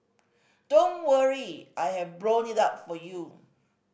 don't worry I have blown it up for you